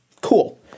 Cool